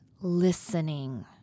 listening